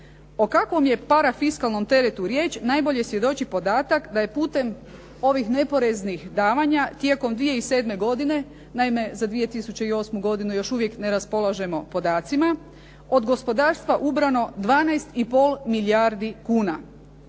O kakvom je parafiskalnom teretu riječ najbolje svjedoči podatak da je putem ovih neporeznih davanja tijekom 2007. godine, naime, za 2008. godinu još uvijek ne raspolažemo podacima, od gospodarstva ubrano 12,5 milijardi kuna.